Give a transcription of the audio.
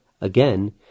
Again